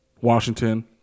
Washington